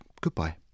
Goodbye